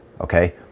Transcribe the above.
okay